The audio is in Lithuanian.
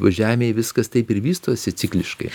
žemėj viskas taip ir vystosi cikliškai